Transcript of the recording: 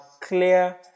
clear